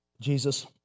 Jesus